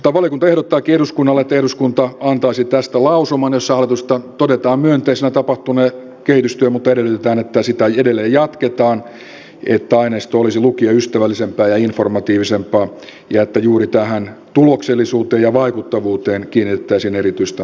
valiokunta ehdottaakin eduskunnalle että eduskunta antaisi tästä lausuman jossa todetaan myönteisenä tapahtunut kehitystyö mutta edellytetään että sitä edelleen jatketaan että aineisto olisi lukijaystävällisempää ja informatiivisempaa ja että juuri tähän tuloksellisuuteen ja vaikuttavuuteen kiinnitettäisiin erityistä huomiota